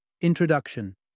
Introduction